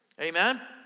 Amen